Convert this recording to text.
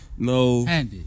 No